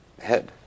head